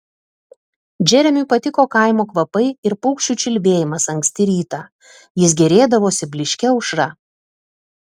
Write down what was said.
džeremiui patiko kaimo kvapai ir paukščių čiulbėjimas anksti rytą jis gėrėdavosi blyškia aušra